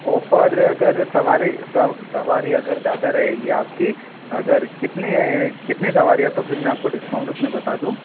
offer अगर सवारी सवारी अगर ज़्यादा रहेगी आपकी अगर कितनी कितने सवारी है तो फ़िर मैं आपको डिस्काउंट उसमें बता दूँ